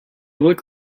look